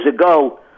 ago